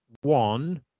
one